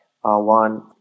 one